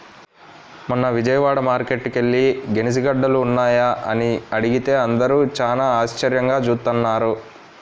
మొన్న విజయవాడ మార్కేట్టుకి యెల్లి గెనిసిగెడ్డలున్నాయా అని అడిగితే అందరూ చానా ఆశ్చర్యంగా జూత్తన్నారు